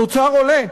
התוצר עולה,